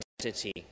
identity